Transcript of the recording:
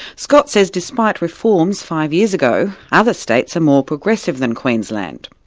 scott says despite reforms five years ago, other states are more progressive than queensland.